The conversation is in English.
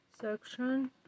section